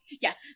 Yes